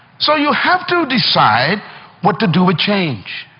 so you have to decide what to do with change.